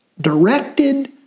directed